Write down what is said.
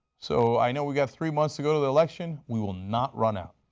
so i know we've got three months to go to the election, we will not run out.